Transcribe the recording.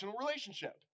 relationship